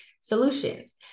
solutions